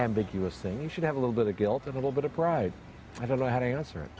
ambiguous thing you should have a little bit of guilt a little bit of pride i don't know how to answer i